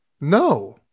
No